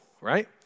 right